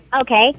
Okay